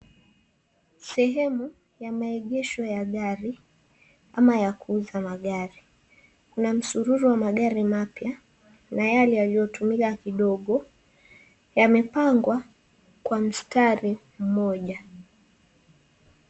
Sehemu ya maegesho ya gari ama ya kuuza magari, kuna msururo wa magari mapya, na yale yaliotumika kidogo, yamepangwa kwa msitari mmoja.